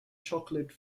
chocolate